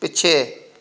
ਪਿੱਛੇ